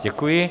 Děkuji.